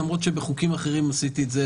למרות שבחוקים אחרים עשיתי את זה,